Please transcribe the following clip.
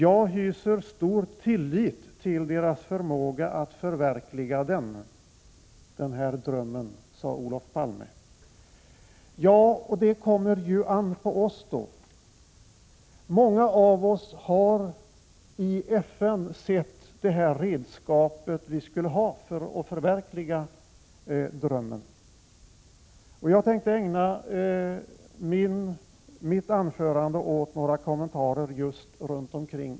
”Jag hyser stor tillit till deras förmåga att förverkliga den” — alltså drömmen —, sade Olof Palme. Det kommer an på oss att göra det. Många av oss har i FN sett redskapet för att förverkliga drömmen. Jag tänker ägna mitt anförande åt några kommenterar kring just FN.